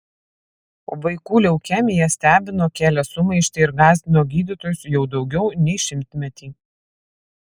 vaikų leukemija stebino kėlė sumaištį ir gąsdino gydytojus jau daugiau nei šimtmetį